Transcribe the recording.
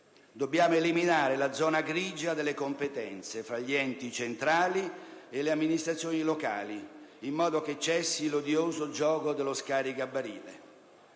dobbiamo eliminare la zona grigia delle competenze fra gli enti centrali e le amministrazioni locali, in modo che cessi l'odioso gioco dello scaricabarile;